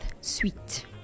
sweet